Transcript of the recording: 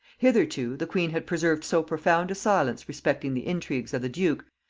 hitherto the queen had preserved so profound a silence respecting the intrigues of the duke,